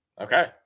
okay